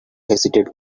hesitate